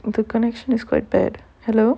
the connection is quite bad hello